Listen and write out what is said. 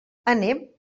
anem